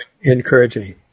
encouraging